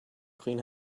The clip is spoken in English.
clean